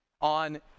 on